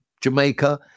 Jamaica